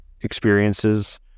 experiences